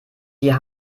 wir